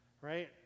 Right